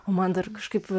o man dar kažkaip